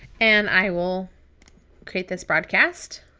and i will create this broadcast.